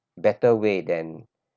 better way than